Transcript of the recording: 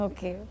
Okay